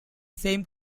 same